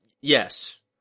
yes